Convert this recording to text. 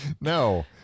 No